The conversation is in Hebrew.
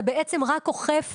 אתה בעצם רק אוכף